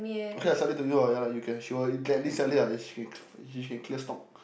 okay lah I sell it to you lah ya lah you can she will at least sell it ah she can clear stock